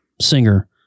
singer